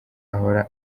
ahora